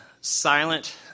silent